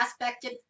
aspected